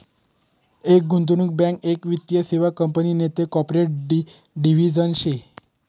एक गुंतवणूक बँक एक वित्तीय सेवा कंपनी नैते कॉर्पोरेट डिव्हिजन शे